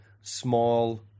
small